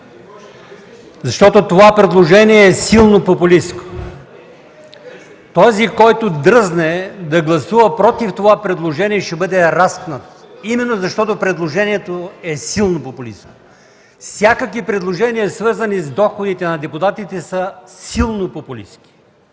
защото то е силно популистко. Този, който дръзне да гласува против предложението, ще бъде разпнат, именно защото предложението е силно популистко. Всякакви предложения, свързани с доходите на депутатите, са силно популистки.